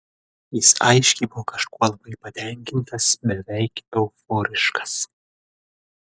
jis aiškiai buvo kažkuo labai patenkintas beveik euforiškas